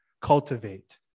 cultivate